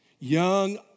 Young